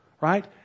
right